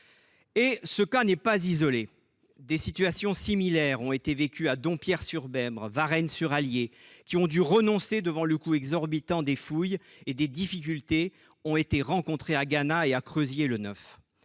... Ce cas n'est pas isolé ! Des situations similaires ont été vécues à Dompierre-sur-Besbre et à Varennes-sur-Allier, qui ont dû renoncer à leur projet devant le coût exorbitant des fouilles, et des difficultés ont été rencontrées à Gannat et à Creuzier-le-Neuf.